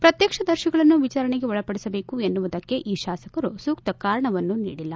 ಪ್ರತ್ಯಕ್ಷದರ್ಶಿಗಳನ್ನು ವಿಚಾರಣೆಗೆ ಒಳಪಡಿಸಬೇಕು ಎನ್ನುವುದಕ್ಕೆ ಈ ಶಾಸಕರು ಸೂಕ್ತ ಕಾರಣವನ್ನು ನೀಡಿಲ್ಲ